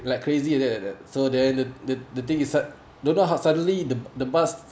like crazy already like that so then the the thing is sud~ don't know how suddenly the the bus